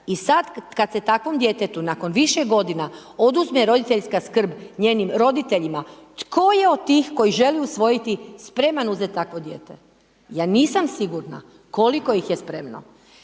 I sad, kad se takvom djetetu nakon više godina, oduzme roditeljska skrb njenim roditeljima, tko je od tih koji žele usvojiti, spreman uzet takvo dijete? Ja nisam sigurna koliko ih je spremno.